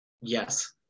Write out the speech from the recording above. Yes